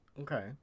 Okay